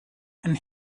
and